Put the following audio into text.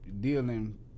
dealing